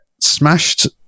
smashed